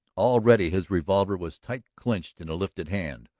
already his revolver was tight clinched in a lifted hand.